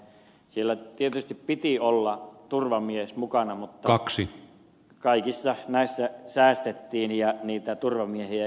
siellä tietysti piti olla turvamies mukana mutta kaikissa näissä säästettiin ja turvamiehiä ei ollut